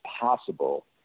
possible